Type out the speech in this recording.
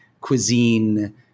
cuisine